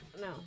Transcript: no